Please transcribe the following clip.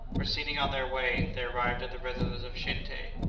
proceeding on their way, they arrived at the residence of shinte,